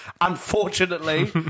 Unfortunately